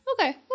okay